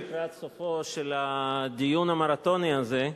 אנחנו לקראת סופו של הדיון המרתוני הזה,